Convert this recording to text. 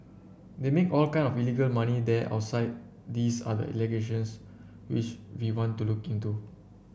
they make all kind of illegal money there outside these are the allegations which we want to look into